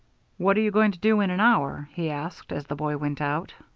what are you going to do in an hour? he asked, as the boy went out.